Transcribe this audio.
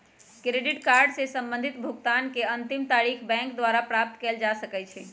credit card से संबंधित भुगतान के अंतिम तारिख बैंक द्वारा प्राप्त कयल जा सकइ छइ